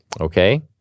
Okay